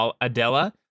Adela